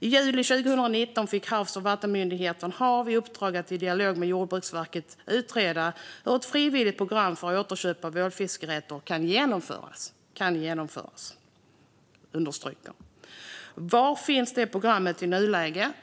I juli 2019 fick Havs och vattenmyndigheten, HaV, i uppdrag att i dialog med Jordbruksverket utreda hur ett frivilligt program för återköp av ålfiskerätter kan genomföras. Var finns det programmet i nuläget?